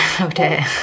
Okay